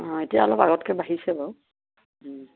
অঁ এতিয়া অলপ আগতকৈ বাঢ়িছে বাৰু